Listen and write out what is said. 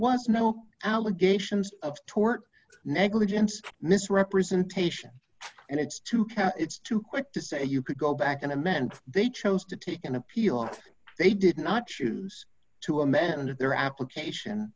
was no allegations of tort negligence misrepresentation and it's too can it's too quick to say you could go back and amend they chose to take an appeal if they did not choose to amend their application